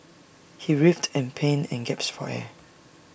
he writhed in pain and gasped for air